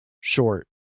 short